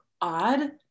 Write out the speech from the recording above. odd